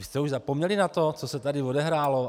Vy jste už zapomněli na to, co se tady odehrálo?